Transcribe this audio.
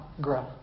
grow